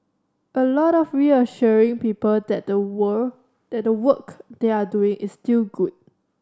a lot of reassuring people that the wear that the work they're doing is still good